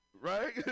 Right